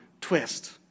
twist